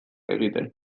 egiten